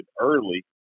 early